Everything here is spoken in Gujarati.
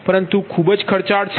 પરંતુ ખૂબ ખર્ચાળ છે